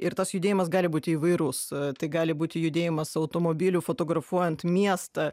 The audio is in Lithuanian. ir tas judėjimas gali būti įvairus tai gali būti judėjimas automobiliu fotografuojant miestą